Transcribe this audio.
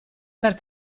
per